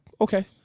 okay